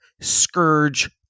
Scourge